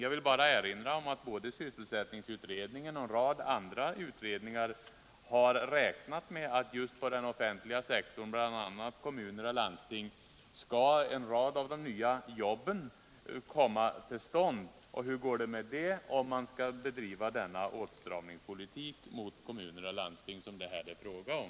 Jag vill då bara erinra om att såväl sysselsättningsutredningen som andra utredningar har räknat med att det är just på den offentliga sektorn, bl.a. i kommuner och landsting, som en rad av de nya jobben skall komma. Men hur går det med dem om man skall bedriva den åtstramningspolitik mot kommuner och landsting som det här är fråga om?